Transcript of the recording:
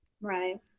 right